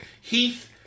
Heath